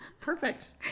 Perfect